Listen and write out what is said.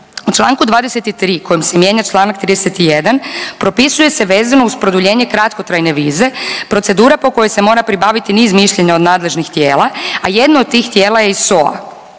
U čl. 23. kojim se mijenja čl. 31. propisuje se vezano uz produljenje kratkotrajne vize procedura po kojoj se mora pribaviti niz mišljenja od nadležnih tijela, a jedno od tih tijela je i SOA.